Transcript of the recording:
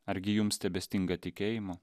argi jums tebestinga tikėjimo